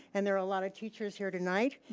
and there are a lot of teachers here tonight,